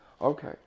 okay